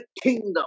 kingdom